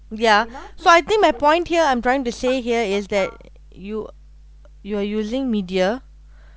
ya so I think my point here I'm trying to say here is that you you are using media